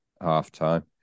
half-time